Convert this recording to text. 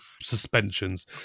suspensions